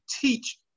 teach